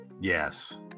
Yes